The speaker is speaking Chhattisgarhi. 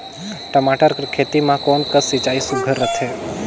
टमाटर कर खेती म कोन कस सिंचाई सुघ्घर रथे?